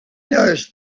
noticed